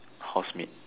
housemate